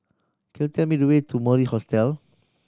could you tell me the way to Mori Hostel